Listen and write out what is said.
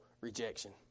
rejection